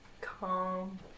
calm